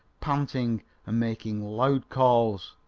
panting and making loud calls.